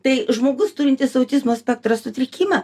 tai žmogus turintis autizmo spektro sutrikimą